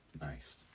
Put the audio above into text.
Nice